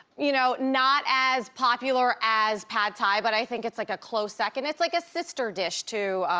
you know, not as popular as pad thai, but i think it's like a close second. it's like a sister dish to.